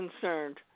concerned